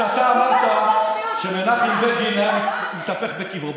אתה אמרת שמנחם בגין היה מתהפך בקברו.